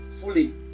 Fully